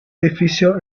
edificio